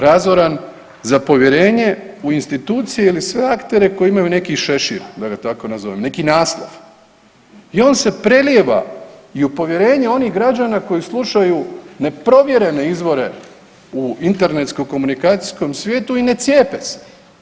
Razoran za povjerenje u institucije ili sve aktere koji imaju neki šešir da ga tako nazovem, neki naslov i on se prelijeva i u povjerenje onih građana koji slušaju neprovjerene izvore u internetskom komunikacijskom svijetu i ne cijepe se.